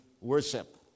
worship